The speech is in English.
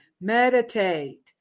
Meditate